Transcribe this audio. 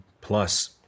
plus